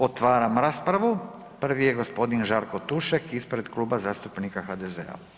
Otvaram raspravu, prvi je gospodin Žarko Tušek ispred Kluba zastupnika HDZ-a.